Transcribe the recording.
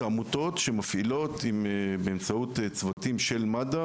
זה עמותות שמפעילות באמצעות צוותים של מד"א